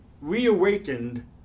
reawakened